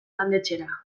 landetxera